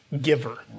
giver